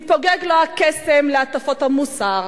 מתפוגג לו הקסם של הטפות המוסר